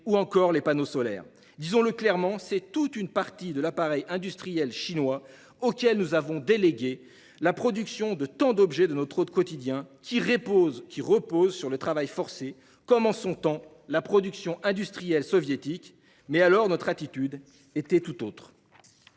encore les panneaux solaires. Disons-le clairement : c'est toute une partie de l'appareil industriel chinois auquel nous avons délégué la production de tant d'objets de notre quotidien qui repose sur le travail forcé, comme en son temps, la production industrielle soviétique. Notre attitude était alors tout autre.